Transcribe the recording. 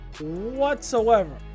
whatsoever